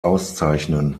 auszeichnen